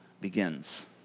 begins